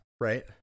right